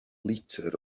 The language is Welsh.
litr